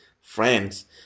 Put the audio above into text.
Friends